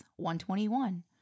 121